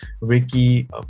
Ricky